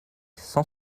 cent